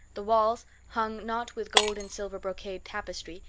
the walls, hung not with gold and silver brocade tapestry,